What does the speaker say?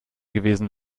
gewesen